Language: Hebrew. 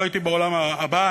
לא הייתי בעולם הבא,